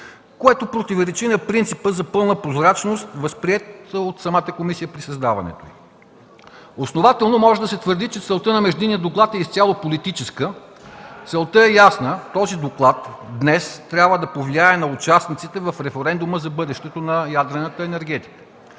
което противоречи на принципа за пълна прозрачност, възприет от самата комисия при създаването й. Основателно може да се твърди, че целта на междинния доклад е изцяло политическа. Тя е ясна – този доклад днес трябва да повлияе на участниците в референдума за бъдещето на ядрената енергетика.